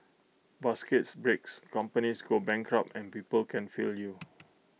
baskets breaks companies go bankrupt and people can fail you